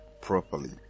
properly